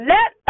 Let